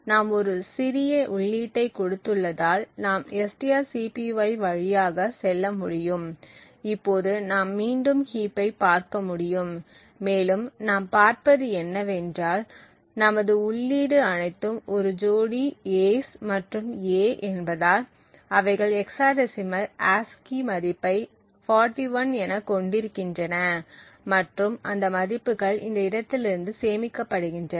நாம் ஒரு சிறிய உள்ளீட்டைக் கொடுத்துள்ளதால் நாம் strcpy வழியாக செல்ல முடியும் இப்போது நாம் மீண்டும் ஹீப்பை பார்க்க முடியும் மேலும் நாம் பார்ப்பது என்னவென்றால் நமது உள்ளீடு அனைத்தும் ஒரு ஜோடி As மற்றும் A என்பதால் அவைகள் ஹெக்ஸாடெசிமலில் ASCII மதிப்பை 41என கொண்டிருக்கின்றன மற்றும் அந்த மதிப்புகள் இந்த இடத்திலிருந்து சேமிக்கப்படுகின்றன